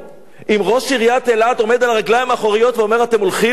אם ראש עיריית אילת עומד על הרגליים האחוריות ואומר: אתם הולכים להרוס,